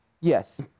Yes